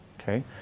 okay